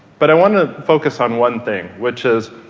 but i want to focus on one thing which is